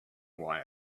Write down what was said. why